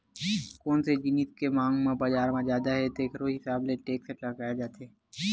कोन से जिनिस के मांग बजार म जादा हे तेखरो हिसाब ले टेक्स लगाए जाथे